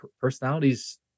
personalities